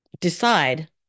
decide